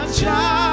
child